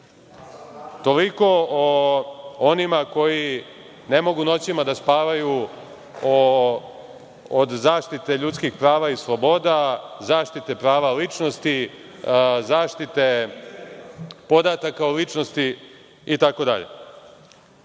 jezeru. Toliko o onima koji ne mogu noćima da spavaju od zaštite ljudskih prava i sloboda, zaštite prava ličnosti, zaštite podataka o ličnosti itd. Ovde